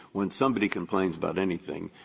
when somebody complains about anything,